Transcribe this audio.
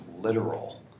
literal